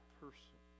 person